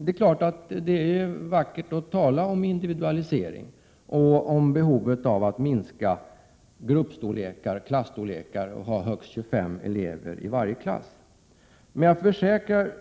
Det är vackert att tala om individualisering och behovet av att minska klasstorlekar och ha högst 25 elever i varje klass, Ylva Annerstedt. Men jag försäkrar